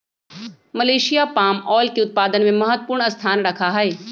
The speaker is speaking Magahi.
मलेशिया पाम ऑयल के उत्पादन में महत्वपूर्ण स्थान रखा हई